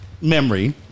memory